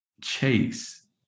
chase